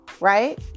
right